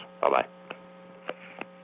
Bye-bye